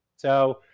so,